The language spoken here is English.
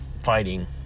fighting